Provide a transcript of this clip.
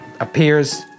appears